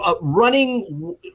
Running